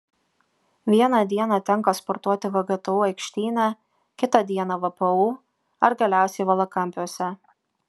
vieną dieną tenka sportuoti vgtu aikštyne kita dieną vpu ar galiausiai valakampiuose